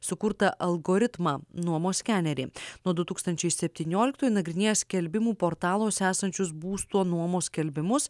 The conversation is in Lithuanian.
sukurtą algoritmą nuomos skenerį nuo du tūkstančiai septynioliktųjų nagrinėja skelbimų portaluose esančius būsto nuomos skelbimus